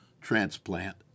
transplant